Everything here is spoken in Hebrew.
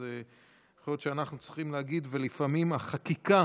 אז יכול להיות שאנחנו צריכים להגיד: ולפעמים החקיקה